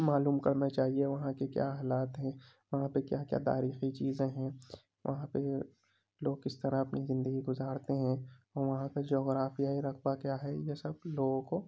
معلوم کرنا چاہیے وہاں کے کیا حالات ہیں وہاں پہ کیا کیا تاریخی چیزیں ہیں وہاں پہ لوگ کس طرح اپنی زندگی گزارتے ہیں وہاں پہ جغرافیائی رقبہ کیا ہے جیسا کہ لوگوں کو